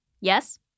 Yes